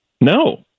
No